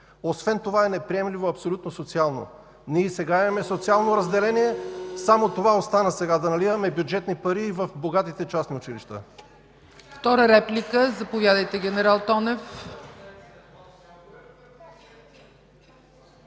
Освен това социално е абсолютно неприемливо. Ние и сега имаме социално разделение, само това остана сега – да наливаме бюджетни пари и в богатите частни училища.